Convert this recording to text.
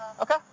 Okay